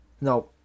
No